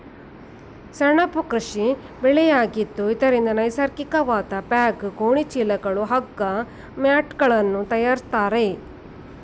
ಸೆಣಬು ಕೃಷಿ ಬೆಳೆಯಾಗಿದ್ದು ಇದರಿಂದ ನೈಸರ್ಗಿಕವಾದ ಬ್ಯಾಗ್, ಗೋಣಿ ಚೀಲಗಳು, ಹಗ್ಗ, ಮ್ಯಾಟ್ಗಳನ್ನು ತರಯಾರಿಸ್ತರೆ